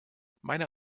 meiner